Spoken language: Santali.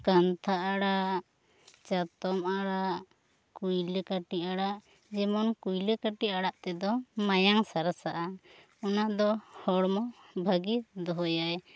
ᱠᱟᱱᱛᱷᱟ ᱟᱲᱟᱜ ᱪᱟᱛᱚᱢ ᱟᱲᱟᱜ ᱠᱩᱭᱞᱟᱹ ᱠᱟᱹᱴᱤ ᱟᱲᱟᱜ ᱡᱮᱢᱚᱱ ᱠᱩᱭᱞᱟᱹ ᱠᱟᱹᱴᱤ ᱟᱲᱟᱜ ᱛᱮ ᱫᱚ ᱢᱟᱭᱟᱝ ᱥᱟᱨᱥᱟᱜᱼᱟ ᱚᱱᱟ ᱫᱚ ᱦᱚᱲᱢᱚ ᱵᱷᱟᱹᱜᱤ ᱫᱚᱦᱚᱭᱟᱭ